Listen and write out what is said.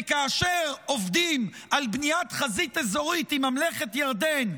וכאשר עובדים על בניית חזית אזורית עם ממלכת ירדן,